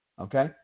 Okay